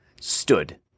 stood